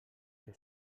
què